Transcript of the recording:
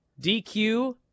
DQ